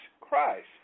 Christ